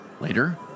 later